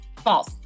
False